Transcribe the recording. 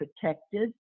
protected